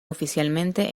oficialmente